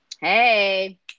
Hey